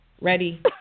Ready